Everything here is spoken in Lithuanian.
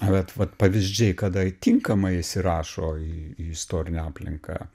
bet vat pavyzdžiai kada tinkamai įsirašo į į istorinę aplinką